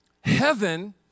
heaven